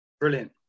Brilliant